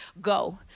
go